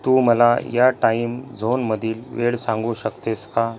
तू मला या टाइम झोनमधील वेळ सांगू शकतेस का